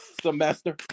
semester